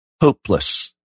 Hopeless